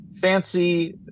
fancy